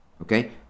Okay